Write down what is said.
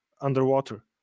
underwater